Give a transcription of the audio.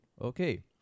okay